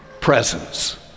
presence